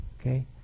Okay